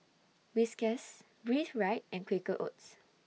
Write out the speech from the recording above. Whiskas Breathe Right and Quaker Oats